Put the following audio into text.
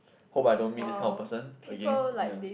hope I don't meet this kind of person again ya